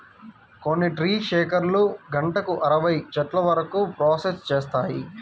కొన్ని ట్రీ షేకర్లు గంటకు అరవై చెట్ల వరకు ప్రాసెస్ చేస్తాయి